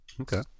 okay